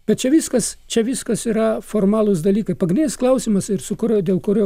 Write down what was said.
bet čia viskas čia viskas yra formalūs dalykai pagrindinis klausimas ir su kuriuo dėl kurio